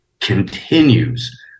continues